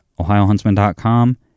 OhioHuntsman.com